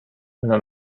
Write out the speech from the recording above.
una